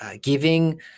giving